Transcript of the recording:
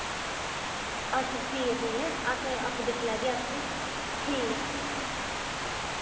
अच्छा ठीक ऐ ठीक ऐ अस आपूं दिक्खी लैगे अस बी ठीक ऐ